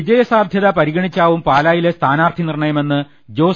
വിജയസാധ്യത പരിഗണിച്ചാവും പാലായിലെ സ്ഥാനാർത്ഥി നിർണ്ണയമെന്ന് ജോസ്